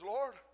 Lord